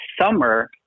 summer